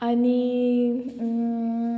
आनी